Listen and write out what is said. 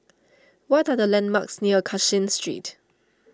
what are the landmarks near Cashin Street